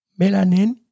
melanin